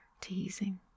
teasing